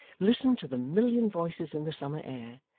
listen to the million voices in the summer air,